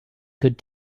could